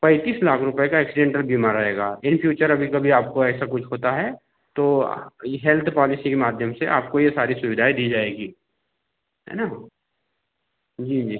पैंतीस लाख रुपये का एक्सीडेंटल बीमा रहेगा इन फ्यूचर अभी कभी आपको ऐसा कुछ होता है तो ये हेल्थ पॉलिसी के माध्यम से आपको यह सारी सुविधाएँ दी जाएगी है ना जी जी